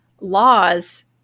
laws